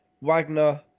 Wagner